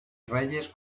reyes